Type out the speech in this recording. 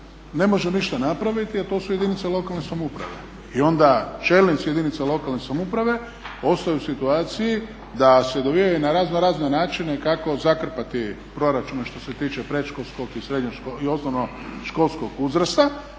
ne može ništa napraviti a to su jedinice lokalne samouprave. I onda čelnici jedinica lokalne samouprave ostaju u situaciji da se dobivaju na razno razne načine kako zakrpati proračune što se tiče predškolskog i osnovnoškolskog uzrasta,